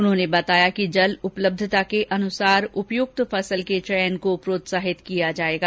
उन्होंने बताया कि जल उपलब्धता के अनुसार उपयुक्त फसल के चयन को प्रोत्साहित किया जायेगा